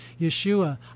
yeshua